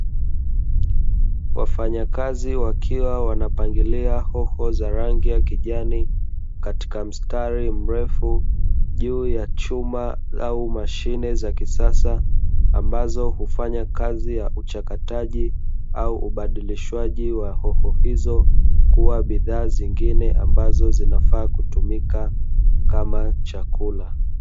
Wafanyakazi wakiwa wanapangilia hoho za rangi ya kijani katika mstari mrefu juu ya chuma au mashine za kisasa, ambazo hufanya kazi ya uchakataji au ubadilishwaji wa hoho hizo kuwa bidhaa zingine ambazo zinafaa kutumika kama chakula.